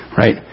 right